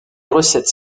recettes